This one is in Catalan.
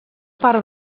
part